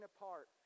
apart